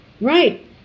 right